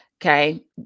okay